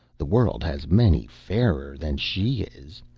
the world has many fairer than she is.